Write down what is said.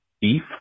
beef